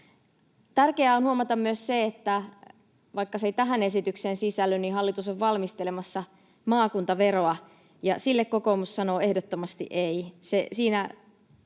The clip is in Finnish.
Tärkeää on huomata myös se, vaikka se ei tähän esitykseen sisälly, että hallitus on valmistelemassa maakuntaveroa, ja sille kokoomus sanoo ehdottomasti ei.